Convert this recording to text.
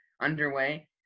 underway